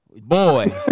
boy